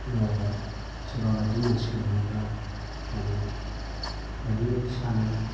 सोरबा बायदि मानसिखौ नुयोब्ला माने ओरैबायदि सानो